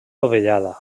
dovellada